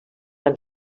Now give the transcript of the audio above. van